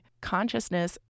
consciousness